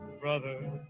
Brother